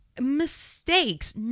mistakes